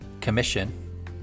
commission